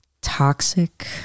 toxic